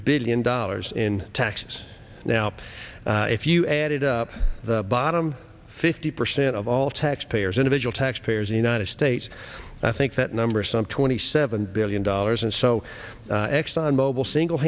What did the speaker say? billion dollars in taxes now if you add it up the bottom fifty percent of all taxpayers individual taxpayers united states i think that number some twenty seven billion dollars and so exxon mobil single